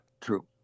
True